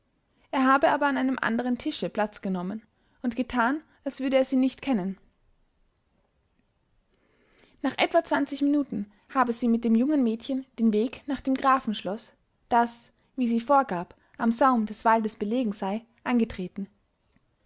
er habe aber an einem anderen tische platz genommen und getan als würde er sie nicht kennen nach etwa minuten habe sie mit dem jungen mädchen den weg nach dem grafenschloß das wie sie vorgab am saum des waldes belegen sei angetreten